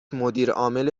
مدیرعامل